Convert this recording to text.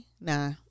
nah